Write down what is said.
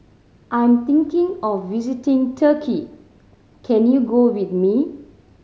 I am thinking of visiting Turkey can you go with me